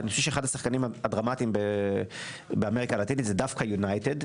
אני חושב שאחד השחקנים הדרמטיים באמריקה הלטינית זה דווקא יונייטד.